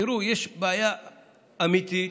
תראו, יש בעיה אמיתית.